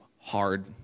hard